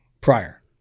prior